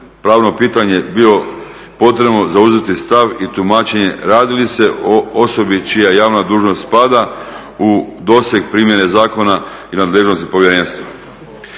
pravno pitanje bilo potrebno zauzeti stav i tumačenje radi li se o osobi čija javna dužnost spada u doseg primjene zakona i nadležnosti povjerenstva.